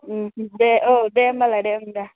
दे ओ दे होनबालाय ओं दे